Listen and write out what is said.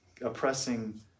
oppressing